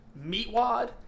Meatwad